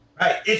Right